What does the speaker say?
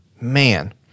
Man